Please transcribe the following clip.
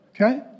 okay